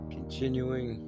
Continuing